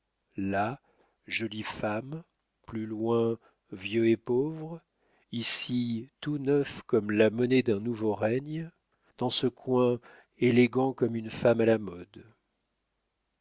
là jolie femme plus loin vieux et pauvre ici tout neuf comme la monnaie d'un nouveau règne dans ce coin élégant comme une femme à la mode